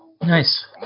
Nice